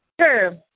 Sure